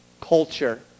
culture